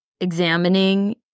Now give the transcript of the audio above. examining